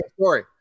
story